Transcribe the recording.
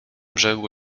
brzegu